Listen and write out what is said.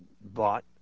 bought